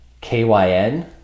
KYN